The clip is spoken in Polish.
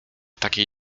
takiej